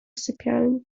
sypialni